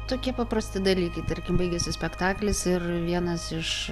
tokie paprasti dalykai tarkim baigiasi spektaklis ir vienas iš